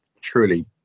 truly